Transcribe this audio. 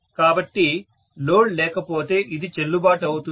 కాబట్టి లోడ్ లేకపోతే ఇది చెల్లుబాటు అవుతుంది